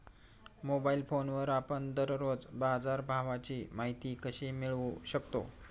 Mobile फोनवर आपण दररोज बाजारभावाची माहिती कशी मिळवू शकतो?